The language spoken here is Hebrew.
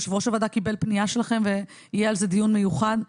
יושב-ראש הוועדה קיבל פנייה שלכן ויהיה על זה דיון מיוחד.